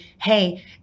hey